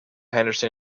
henderson